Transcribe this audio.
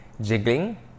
jiggling